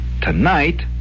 Tonight